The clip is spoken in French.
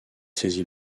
saisit